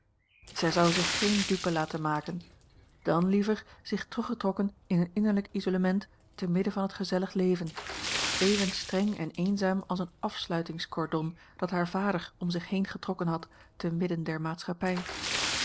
zij zou zich geen dupe laten maken dan liever zich teruggetrokken in een innerlijk isolement te midden van het gezellig leven even streng en eenzaam als een afsluitingscordon dat haar vader om zich heen getrokken had te midden der maatschappij